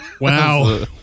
Wow